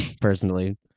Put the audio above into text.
Personally